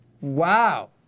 Wow